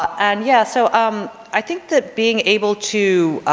and yeah, so um i think that being able to.